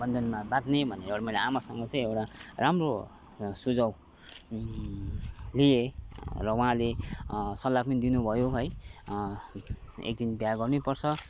बन्दनमा बाँध्ने भन्ने मैले एउटा आमासँग चाहिँ एउटा राम्रो सुझाव लिएँ र उहाँले सल्लाह पनि दिनुभयो है एकदिन बिहा गर्नै पर्छ